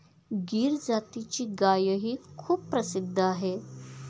गीर जातीची गायही खूप प्रसिद्ध आहे